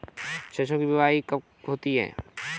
सरसों की बुआई कब होती है?